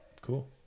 Cool